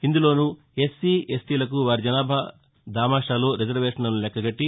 ఇందులోనూ SC ఎస్టీలకు వారి జనాభా దామాషాలో రిజర్వేషన్లను లెక్కగట్టి